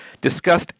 discussed